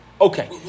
Okay